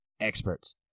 experts